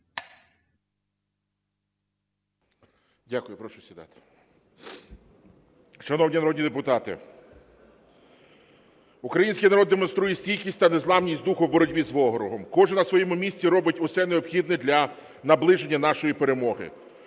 Дякую. Прошу сідати. Шановні народні депутати! Український народ демонструє стійкість та незламність духу у боротьбі з ворогом, кожен на своєму місці робить все необхідне для наближення нашої перемоги.